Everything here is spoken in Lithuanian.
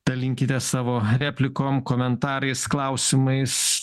dalinkitės savo replikom komentarais klausimais